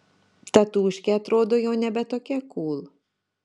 tatūškė atrodo jau nebe tokia kūl